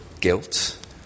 guilt